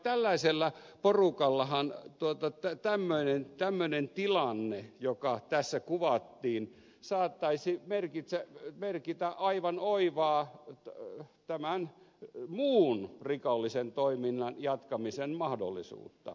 tällaisella porukallahan tämmöinen tilanne joka tässä kuvattiin saattaisi merkitä aivan oivaa muun rikollisen toiminnan jatkamisen mahdollisuutta